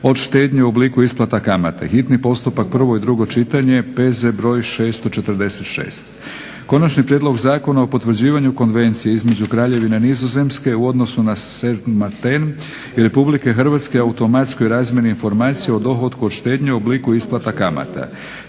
od štednje u obliku isplata kamata, hitni postupak, prvo i drugo čitanje, P.Z. br. 646; - Konačni prijedlog Zakona o potvrđivanju Konvencije između Kraljevine Nizozemske, u odnosu na Sint Maarten i Republike Hrvatske o automatskoj razmjeni informacija o dohotku od štednje u obliku isplata kamata,